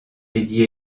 lady